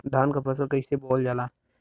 धान क फसल कईसे बोवल जाला?